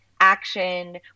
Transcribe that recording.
action